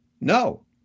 no